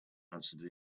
answered